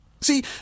See